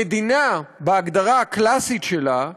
המדינה, בהגדרה הקלאסית שלה,